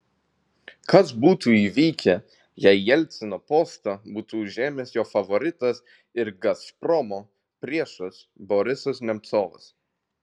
kas būtų įvykę jei jelcino postą būtų užėmęs jo favoritas ir gazpromo priešas borisas nemcovas